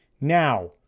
Now